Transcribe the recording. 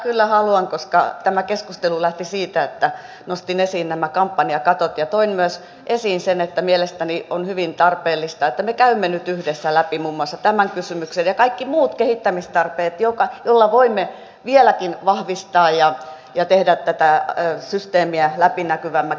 kyllä haluan koska tämä keskustelu lähti siitä että nostin esiin nämä kampanjakatot ja toin esiin myös sen että mielestäni on hyvin tarpeellista että me käymme nyt yhdessä läpi muun muassa tämän kysymyksen ja kaikki muut kehittämistarpeet joilla voimme vieläkin vahvistaa ja tehdä tätä systeemiä läpinäkyvämmäksi